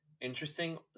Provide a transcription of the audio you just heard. interesting